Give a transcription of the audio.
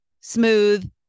smooth